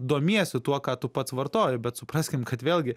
domiesi tuo ką tu pats vartoji bet supraskim kad vėlgi